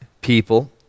people